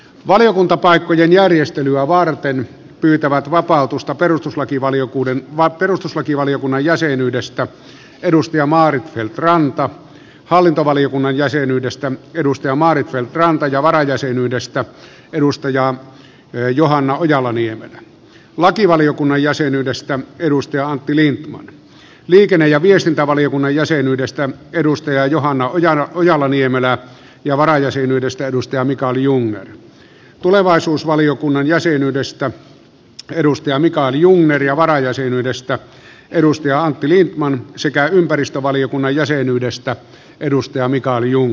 valiokuntapaikkojen järjestelyä varten pyytävät vapautusta perustuslakivaliokunnan jäsenyydestä maarit feldt ranta hallintovaliokunnan jäsenyydestä maarit feldt ranta ja varajäsenyydestä johanna ojala niemelä lakivaliokunnan jäsenyydestä antti lindtman liikenne ja viestintävaliokunnan jäsenyydestä johanna ojala niemelä ja varajäsenyydestä mikael jungner tulevaisuusvaliokunnan jäsenyydestä mikael jungner ja varajäsenyydestä antti lindtman sekä ympäristövaliokunnan jäsenyydestä mikael jungner